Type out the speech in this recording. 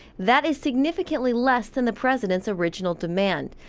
that is significantly less than the president's original demands.